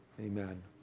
Amen